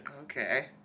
Okay